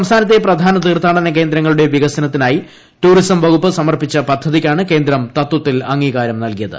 സംസ്ഥാനത്തെ പ്രധാന തീർത്ഥാടന കേന്ദ്രങ്ങളുടെ വികസനത്തിനായി ടൂറിസം വകുപ്പ് സമർപ്പിച്ച പദ്ധതിക്കാണ് കേന്ദ്രം തത്വത്തിൽ അംഗീകാരം നൽകിയത്